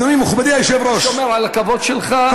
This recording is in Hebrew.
אדוני, מכובדי היושב-ראש, אני שומר על הכבוד שלך.